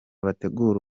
bategura